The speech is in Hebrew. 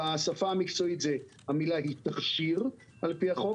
בשפה המקצועית המילה היא תכשיר על פי החוק,